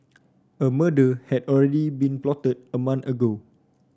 a murder had already been plotted a month ago